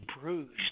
bruised